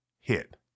hit